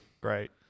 Great